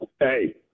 Hey